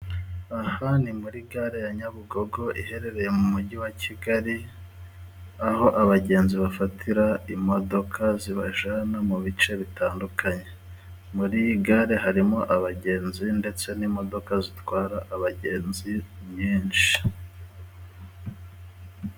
Aha ni muri gare ya nyabugogo iherereye mu mujyi wa Kigali aho abagenzi bafatira imodoka zibajana mu bice bitandukanye. Muri gare harimo abagenzi ndetse n'imodoka zitwara abagenzi nyinshi